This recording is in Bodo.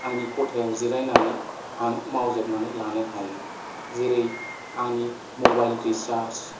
आंनि खथायाव जिरायना नै आं मावजोबनानै लानो हायो जेरै आंनि मबाइल रिचार्ज